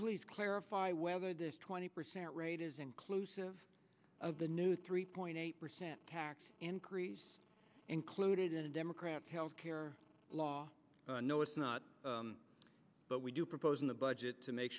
please clarify whether this twenty percent rate is inclusive of the new three point eight percent tax increase included in the democrats health care law no it's not but we do propose in the budget to make